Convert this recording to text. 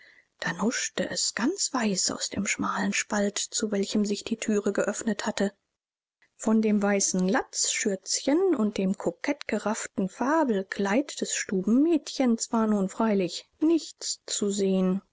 dann huschte es ganz weiß aus dem schmalen spalt zu welchem sich die thüre geöffnet hatte von dem weißen latzschürzchen und dem kokettgerafften falbelkleid des stubenmädchens war nun freilich nichts zu sehen